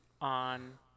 on